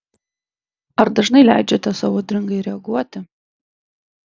ar dažnai leidžiate sau audringai reaguoti